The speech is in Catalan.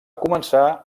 començar